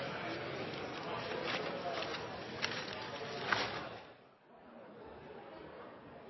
president, og takk